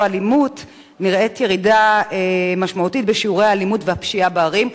אלימות" נראית ירידה משמעותית בשיעורי האלימות בערים.